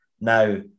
now